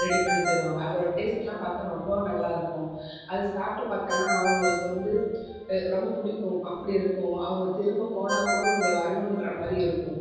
ready பண்ணி தருவாங்க அதோட டேஸ்ட்லாம் பார்த்தா ரொம்ப நல்லாருக்கும் அது சாப்பிட்டு பார்த்தனா அவகங்களுக்கு வந்து ரொம்ப பிடிக்கும் அப்படி இருக்கும் அவங்க திரும்ப போன கூடும் இங்கே வரணும் இன்றமாதிரி இருக்கும்